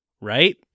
Right